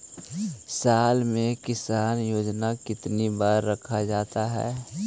साल में किसान योजना कितनी बार रखा जाता है?